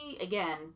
again